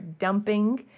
dumping